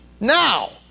Now